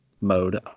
mode